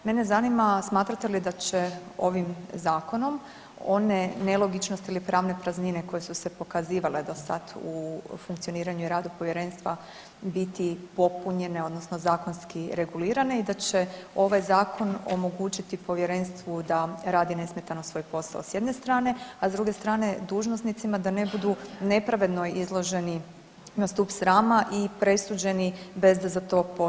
Mene zanima, smatrate li da će ovim zakonom one nelogičnosti ili pravne praznine koje su se pokazivale do sad u funkcioniranju i radu povjerenstva biti popunjene odnosno zakonski regulirane i da će ovaj zakon omogućiti povjerenstvu da radi nesmetano svoj posao s jedne strane, a s druge strane dužnosnicima da ne budu nepravedno izloženi na stup srama i presuđeni bez da za to postoje argumenti.